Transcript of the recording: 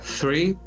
three